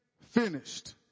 finished